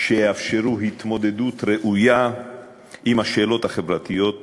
שיאפשרו התמודדות ראויה עם השאלות החברתיות הקשות.